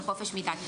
של חופש מדת.